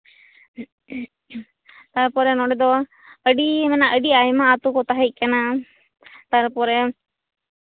ᱛᱟᱨᱯᱚᱨᱮ ᱱᱚᱰᱮ ᱫᱚ ᱟᱹᱰᱤ ᱟᱭᱢᱟ ᱟᱛᱳ ᱠᱚ ᱛᱟᱦᱮ ᱠᱟᱱᱟ ᱛᱟᱨᱯᱚᱨᱮ